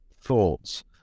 thoughts